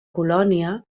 colònia